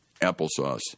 applesauce